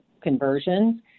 conversions